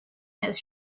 his